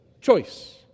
choice